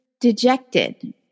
dejected